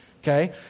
Okay